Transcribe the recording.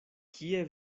kie